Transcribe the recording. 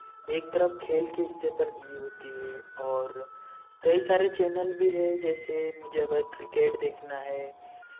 एक तरफ खेल के हिस्से पर दिए होती है और कई सारे चैनल भी है जैसे मुझे अगर क्रिकेट देखना है